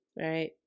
right